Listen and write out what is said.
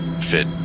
fit